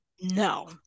no